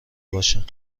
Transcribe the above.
باشن